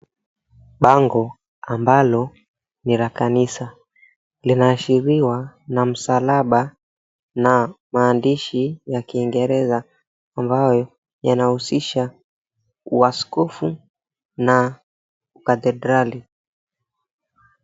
Bango ambalo ni la kanisa linaashiriwa na msalaba na maandishi ya kiingereza ambayo yanahusisha waskofu na ukathedrali .